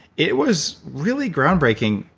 it was really groundbreaking,